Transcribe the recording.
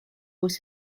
was